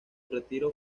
retiro